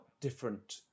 different